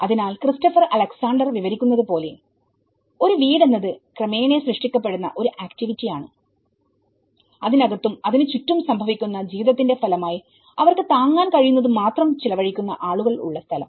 അതിനാൽ Christopher Alexander വിവരിക്കുന്നത് പോലെ ഒരു വീടെന്നത് ക്രമേണ സൃഷ്ടിക്കപ്പെടുന്ന ഒരു ആക്ടിവിറ്റി ആണ്അതിനകത്തും അതിനു ചുറ്റും സംഭവിക്കുന്ന ജീവിതത്തിന്റെ ഫലമായി അവർക്ക് താങ്ങാൻ കഴിയുന്നത് മാത്രം ചിലവഴിക്കുന്ന ആളുകൾ ഉള്ള സ്ഥലം